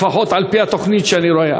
לפחות על-פי התוכנית שאני רואה,